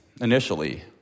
initially